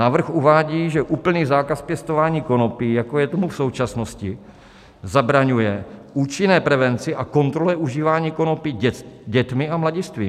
Návrh uvádí, že úplný zákaz pěstování konopí, jako je tomu v současnosti, zabraňuje účinné prevenci a kontrole užívání konopí dětmi a mladistvými.